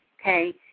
Okay